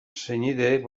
senideek